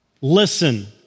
Listen